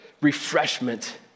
refreshment